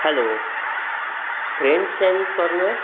hello French Chinese corner